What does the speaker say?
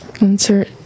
insert